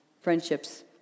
friendships